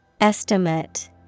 Estimate